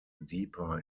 deeper